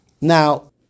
Now